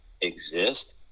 exist